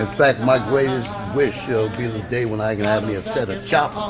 ah fact, my greatest wish will be the day when i can have me ah but yeah ah ah